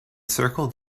circle